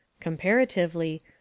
comparatively